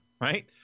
right